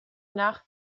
nach